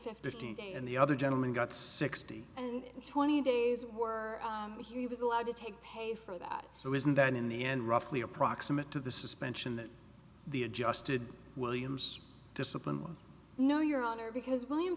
fifty a day and the other gentleman got sixty and twenty days were he was allowed to take pay for that so isn't that in the end roughly approximate to the suspension that the adjusted williams discipline know your honor because williams